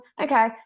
okay